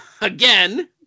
again